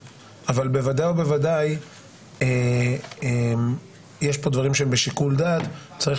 ובוודאי ובוודאי יש פה דברים שהם בשיקול דעת וצריך